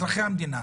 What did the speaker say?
אזרחי המדינה,